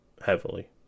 heavily